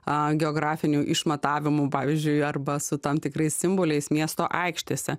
a geografinių išmatavimų pavyzdžiui arba su tam tikrais simboliais miesto aikštėse